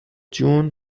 جون